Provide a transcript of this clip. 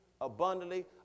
abundantly